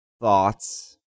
Thoughts